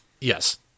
Yes